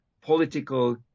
political